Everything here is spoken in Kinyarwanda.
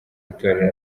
itorero